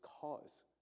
cause